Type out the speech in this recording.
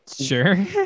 Sure